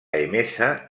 emesa